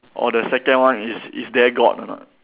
or the second one is is there god or not